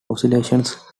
oscillations